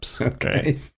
Okay